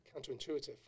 counterintuitive